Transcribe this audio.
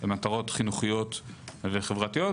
הן מטרות חינוכיות וחברתיות,